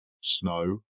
snow